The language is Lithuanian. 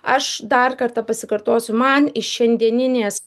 aš dar kartą pasikartosiu man iš šiandieninės